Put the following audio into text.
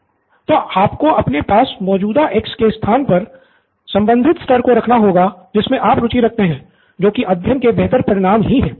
pro बाला तो आपको अपने पास मौजूद एक्स के स्थान पर संबंधित स्तर को रखना होगा जिसमे आप रुचि रखते हैं जो की अध्ययन के बेहतर परिणाम ही है